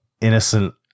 innocent